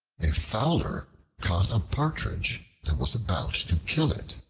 a fowler caught a partridge and was about to kill it.